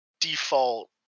default